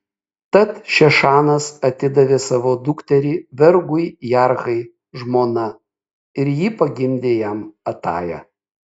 tad šešanas atidavė savo dukterį vergui jarhai žmona ir ji pagimdė jam atają